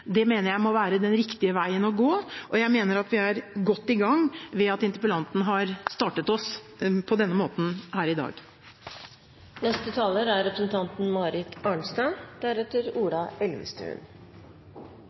Det mener jeg må være den riktige veien å gå, og jeg mener at vi er godt i gang ved at interpellanten har startet oss på denne måten her i dag. Bærekraftsmålene som ble vedtatt den 25. september, er